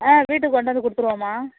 ஆ வீட்டுக்கு கொண்டாந்து கொடுத்துருவோம்மா